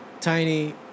Tiny